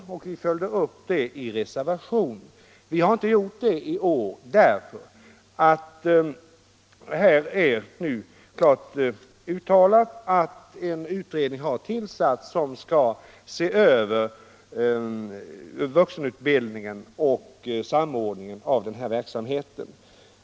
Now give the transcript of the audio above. som vi följde upp i en reservation, men vi har inte gjort så i år därför att här är klart uttalat att en utredning har tillsatts som skall se över vuxenutbildningen och samordningen av den här verksamheten.